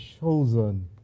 chosen